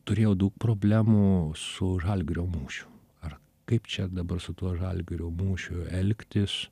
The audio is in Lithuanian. turėjo daug problemų su žalgirio mūšiu ar kaip čia dabar su tuo žalgirio mūšiu elgtis